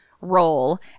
role